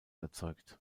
erzeugt